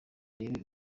irebe